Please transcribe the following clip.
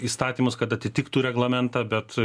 įstatymus kad atitiktų reglamentą bet